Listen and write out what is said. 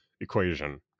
equation